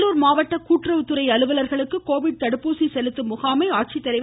வேலூர் மாவட்ட கூட்டுறவுத்துறை அலுவலர்களுக்கு கோவிட் தடுப்பூசி செலுத்தும் துவக்கிவைத்தார்